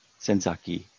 Senzaki